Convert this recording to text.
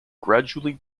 gradually